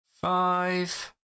five